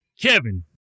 Kevin